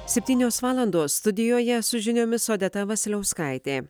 septynios valandos studijoje su žiniomis odeta vasiliauskaitė